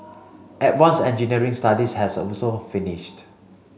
advance engineering studies has also finished